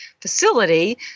facility